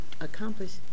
accomplish